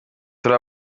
turi